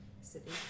City